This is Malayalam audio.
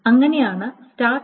അങ്ങനെയാണ് സ്റ്റാർട്ട് ടി